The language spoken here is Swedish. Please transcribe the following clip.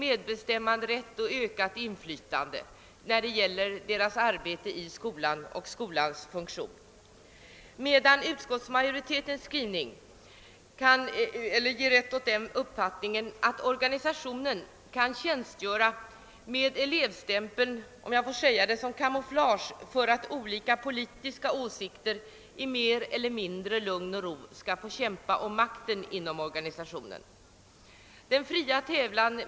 medbestämmanderätt och ökat in flytande i skolans arbete och funktion, medan ' utskottsmajoritetens skrivning ger rätt åt den uppfattningen att orga .nisationen kan tjänstgöra med elevstämpeln som »camouflage» för att olika politiska. åsikter mer eller mindre i lugn och ro skall få kämpa om makten inom organisationen. Den fria tävlan.